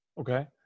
Okay